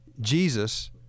Jesus